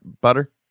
butter